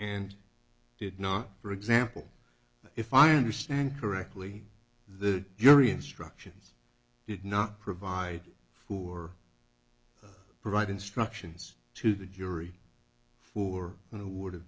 and did not for example if i understand correctly the jury instruction did not provide food or provide instructions to the jury for who w